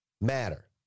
Matter